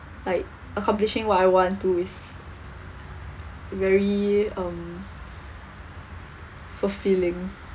like accomplishing what I want to is very um fulfilling